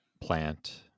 plant